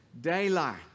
daylight